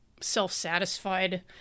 self-satisfied